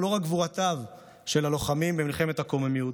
לא רק גבורתם של הלוחמים במלחמת הקוממיות,